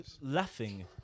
laughing